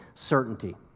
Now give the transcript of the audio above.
certainty